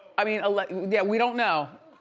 i mean like yeah we don't know.